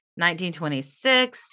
1926